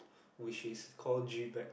which is called G Bad